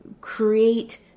create